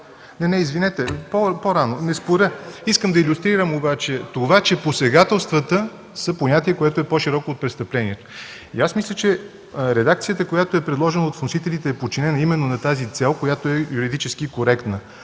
Не, не, извинете, по-рано, не споря. Искам да илюстрирам това, че посегателствата са понятие, което е по-широко от престъплението. Мисля, че редакцията, която е предложена от вносителите, е подчинена именно на тази цел, която е юридически коректна.